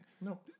No